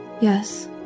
Yes